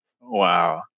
Wow